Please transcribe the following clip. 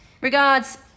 Regards